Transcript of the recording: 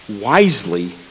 wisely